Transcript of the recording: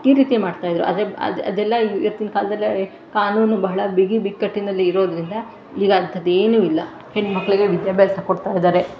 ಈ ರೀತಿ ಮಾಡ್ತಾಯಿದ್ದರು ಆದರೆ ಅದೆಲ್ಲ ಈವತ್ತಿನ ಕಾಲದಲ್ಲಿ ಕಾನೂನು ಬಹಳ ಬಿಗಿ ಬಿಕ್ಕಟಿನಲ್ಲಿ ಇರೋದರಿಂದ ಈಗ ಅಂಥದ್ದೇನೂ ಇಲ್ಲ ಹೆಣ್ಮಕ್ಕಳಿಗೆ ವಿದ್ಯಾಭ್ಯಾಸ ಕೊಡ್ತಾಯಿದ್ದಾರೆ